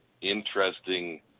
interesting